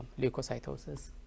leukocytosis